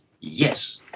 yes